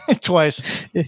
twice